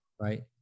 Right